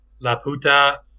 Laputa